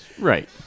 right